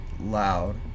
loud